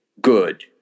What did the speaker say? good